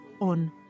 on